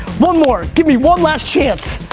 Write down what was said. one more, give me one last chance.